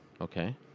Okay